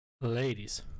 Ladies